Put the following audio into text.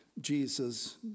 Jesus